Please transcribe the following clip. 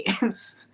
games